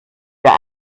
der